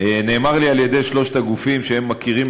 נאמר לי על-ידי שלושת הגופים שהם מכירים